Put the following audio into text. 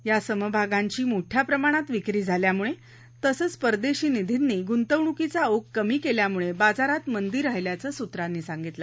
या समभागांची मोठ्या प्रमाणात विक्री झाल्यामुळे तसंच परदेशी निधींनी गुंतवणूकीचा ओघ कमी केल्यामुळे बाजारात मंदी राहिल्याचं सूत्रांनी सांगितलं